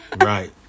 Right